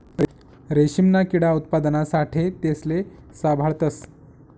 रेशीमना किडा उत्पादना साठे तेसले साभाळतस